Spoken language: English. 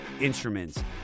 instruments